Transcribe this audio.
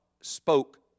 spoke